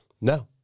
no